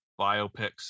biopics